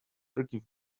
forgive